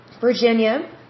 Virginia